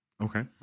Okay